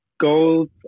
goals